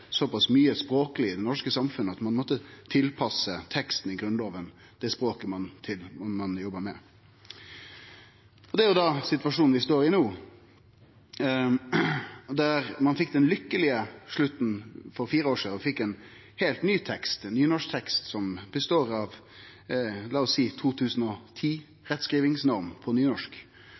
såpass mykje i det norske samfunnet at ein måtte tilpasse teksten i Grunnlova til det språket ein jobba med. Det er situasjonen vi står i no. Ein fekk den lukkelege slutten, for fire år sidan, med ein heilt ny tekst, ein nynorsk tekst, som består av det ein kan kalle ein 2010-rettskrivingsnorm på nynorsk.